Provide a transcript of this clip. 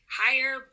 higher